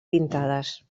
pintades